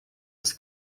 was